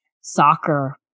soccer